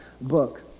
book